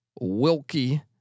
Wilkie